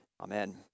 Amen